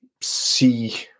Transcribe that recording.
see